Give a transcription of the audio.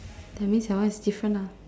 that means your one is different lah